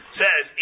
says